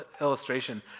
illustration